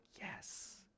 yes